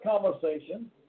conversation